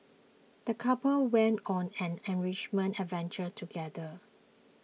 the couple went on an enriching adventure together